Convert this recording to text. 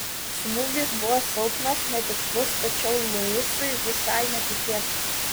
smūgis buvo silpnas netikslus tačiau luisui visai netikėtas